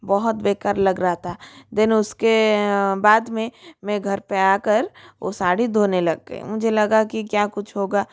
बहुत बेकार लग रहा था देन उसके बाद में मैं घर पे आ कर वो साड़ी धोने लग गई मुझे लगा कि क्या कुछ होगा